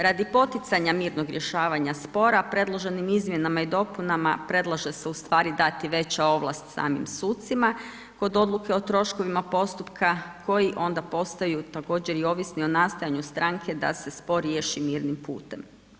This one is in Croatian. Radi poticanja mirnog rješavanja spora predloženim izmjenama i dopunama, predlaže se u stvari dati veća ovlast samim sucima kod odluke o troškovima postupka koji onda postaju također i ovisni o nastojanju stranke da se spor riješi mirnim putem.